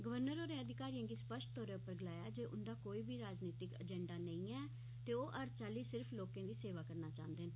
governor होरें अधिकारियें गी स्पष्ट तौर उप्पर गलाया जे उंदा कोई राजनीतिक एजेंडा नेंई ऐ ते ओह् हर चाल्लीं सिर्फ लोकें दी सेवा करना चांहदे न